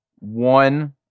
one